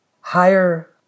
higher